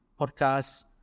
podcast